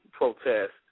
protest